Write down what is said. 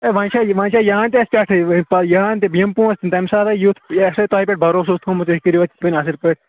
ہے وۅنۍ چھا وۄنۍ چھا یہَن تہِ اَسہِ پٮ۪ٹھٕے یہَن تہِ یِم پونٛسہٕ تَمہِ ساتہٕ آیہِ یُتھ تۄہہِ پٮ۪ٹھ بروسہٕ تھومُت أسۍ کٔرِو اَتھ یِتھ پٲٹھۍ اَصٕل پٲٹھۍ